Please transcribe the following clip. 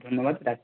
ধন্যবাদ রাখছি